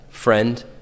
friend